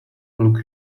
look